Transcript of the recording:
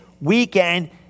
weekend